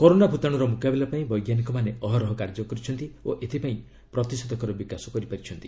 corona ଭୂତାଣୁର ମୁକାବିଲା ପାଇଁ ବୈଜ୍ଞାନକମାନେ ଅହରହ କାର୍ଯ୍ୟ କରିଛନ୍ତି ଓ ଏଥିପାଇଁ ପ୍ରତିଷେଧକର ବିକାଶ କରିପାରିଛନ୍ତି